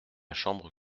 chambre